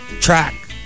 track